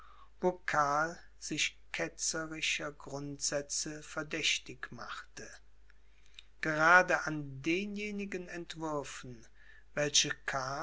sich ketzerischer grundsätze verdächtig machte gerade an denjenigen entwürfen welche